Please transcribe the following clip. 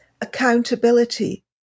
accountability